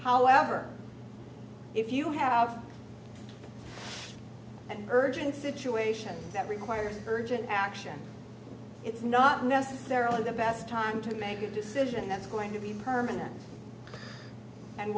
however if you have an urgent situation that requires urgent action it's not necessarily the best time to make a decision that's going to be permanent and